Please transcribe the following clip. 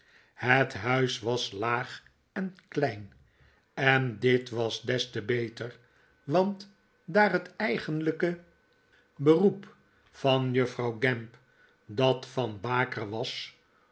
het huis was laag en klein en dit was des te beter want daar het eigenlijke beroep van juffrouw gamp dat van baker was